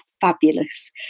fabulous